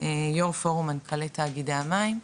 יו"ר פורום מנכ"לי תאגידי המים,